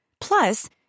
Plus